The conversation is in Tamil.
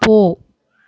போ